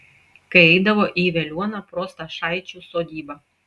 kai eidavo į veliuoną pro stašaičių sodybą